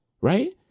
right